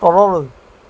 তললৈ